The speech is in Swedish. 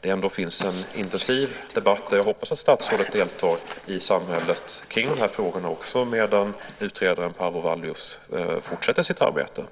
det finns en intensiv debatt. Jag hoppas att statsrådet deltar i debatten om de här frågorna ute i samhället också medan utredaren Paavo Vallius fortsätter sitt arbete.